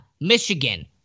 Michigan